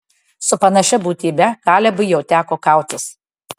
su panašia būtybe kalebui jau teko kautis